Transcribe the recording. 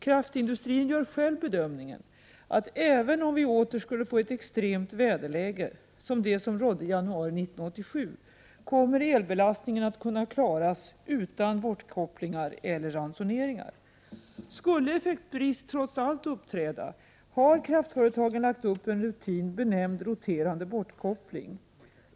Kraftindustrin gör själv bedömningen, att även om vi åter skulle få ett extremt väderläge, som det som rådde i januari 1987, kommer elbelastningen att kunna klaras utan bortkopplingar eller ransoneringar. Skulle effektbrist trots allt uppträda har kraftföretagen lagt upp en rutin, benämnd roterande bortkoppling.